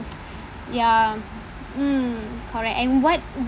ya mm correct and what